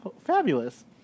fabulous